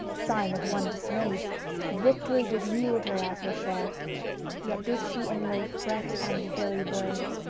sign of one dismayed, the victory did yield her as her share yet did she inly fret and felly burn,